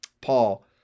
Paul